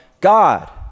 God